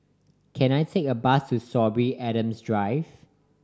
can I take a bus to Sorby Adams Drive